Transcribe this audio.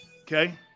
okay